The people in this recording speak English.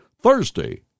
Thursday